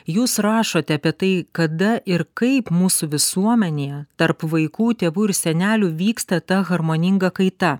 jūs rašote apie tai kada ir kaip mūsų visuomenėje tarp vaikų tėvų ir senelių vyksta ta harmoninga kaita